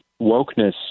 wokeness